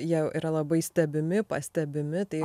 jie yra labai stebimi pastebimi tai